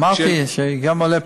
אמרתי שגם עולה פרטי.